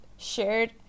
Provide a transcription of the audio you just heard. shared